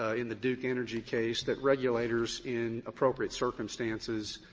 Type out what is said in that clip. ah in the duke energy case that regulators, in appropriate circumstances,